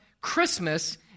Christmas